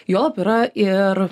juolab yra ir